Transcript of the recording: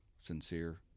sincere